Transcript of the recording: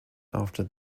after